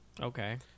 Okay